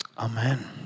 Amen